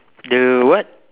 the what